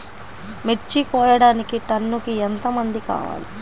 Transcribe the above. మిర్చి కోయడానికి టన్నుకి ఎంత మంది కావాలి?